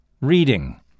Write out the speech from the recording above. Reading